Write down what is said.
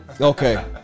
Okay